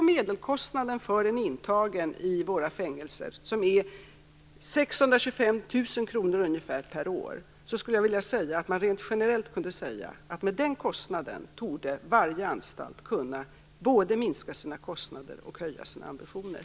Medelkostnaden för en intagen i våra fängelser är ungefär 625 000 kr per år. Rent generellt kan man säga att varje anstalt - i och med den kostnaden - både skulle kunna minska sina kostnader och höja sina ambitioner.